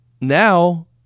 now